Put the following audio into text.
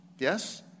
Yes